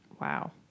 wow